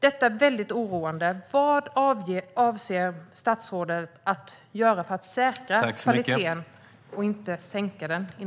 Detta är väldigt oroande. Vad avser statsrådet att göra för att säkra kvaliteten och inte sänka den?